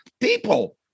people